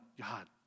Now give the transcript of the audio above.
God